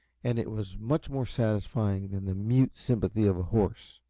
and it was much more satisfying than the mute sympathy of a horse.